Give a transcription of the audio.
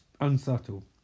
unsubtle